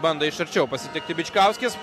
bando iš arčiau pasitikti bičkauskis